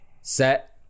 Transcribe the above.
Set